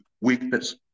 weakness